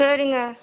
சரிங்க